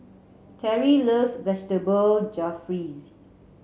Terry loves Vegetable Jalfrezi